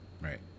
right